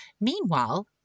Meanwhile